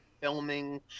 filming